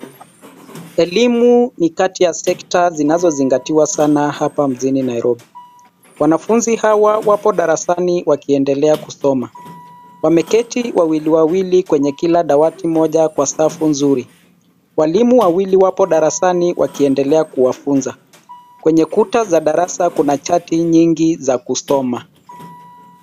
Elimu ni kati ya sketa zinazozingatiwa sana hapa mjini Nairobi. Wanafunzi hawa wapo darasani wakiendelea kusoma. Wameketi wawili wawili kwenye kila dawati moja kwa safu nzuri. Walimu wawili wapo darasani wakiendelea kuwafunza. Kwenye kuta za darasa kuna chati nyingi za kusoma.